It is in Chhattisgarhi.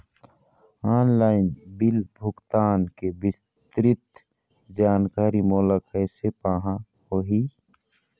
ऑनलाइन बिल भुगतान के विस्तृत जानकारी मोला कैसे पाहां होही?